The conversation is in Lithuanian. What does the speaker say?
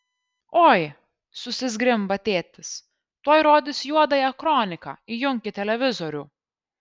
oi susizgrimba tėtis tuoj rodys juodąją kroniką įjunkit televizorių